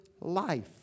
life